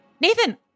Nathan